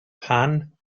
pan